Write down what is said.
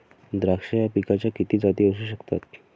द्राक्ष या पिकाच्या किती जाती असू शकतात?